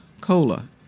Cola